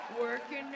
Working